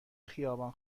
خیابان